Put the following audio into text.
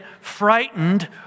frightened